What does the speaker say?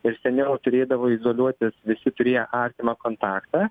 ir seniau turėdavo naudotis visi turėję artimą kontaktą